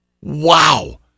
wow